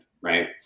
right